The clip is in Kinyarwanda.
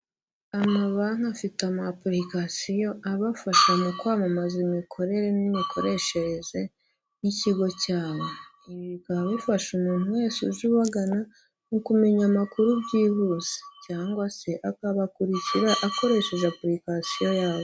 Amabanki afite amapurikasiyo abafasha mu kwamamaza imikorere n'imikoreshereze y'ikigo cyabo. Ibi bikaba bifasha umuntu wese uje ubagana, mu kumenya amakuru byihuse, cyangwa se akabakurikira akoresheje apurikasiyo yabo.